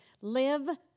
live